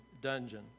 dungeon